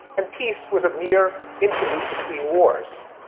and peace was a mere interlude between wars.